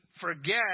forget